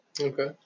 Okay